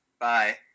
Bye